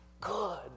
good